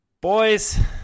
Boys